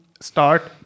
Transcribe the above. start